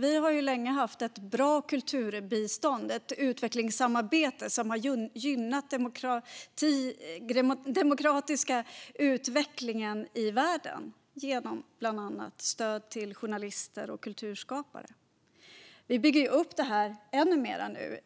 Vi har länge haft ett bra kulturbistånd och samarbeten som har gynnat den demokratiska utvecklingen i världen genom bland annat stöd till journalister och kulturskapare. Detta bygger vi nu upp ännu mer